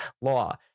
law